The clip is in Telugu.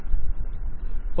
వెండర్ ఒకే